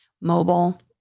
mobile